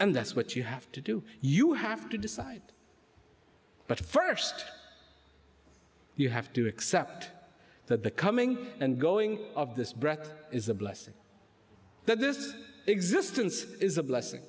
and that's what you have to do you have to decide but first you have to accept that the coming and going of this breath is a blessing that this existence is a blessing